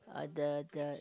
uh the the